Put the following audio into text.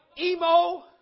Emo